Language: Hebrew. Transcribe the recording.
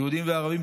יהודים וערבים,